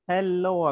Hello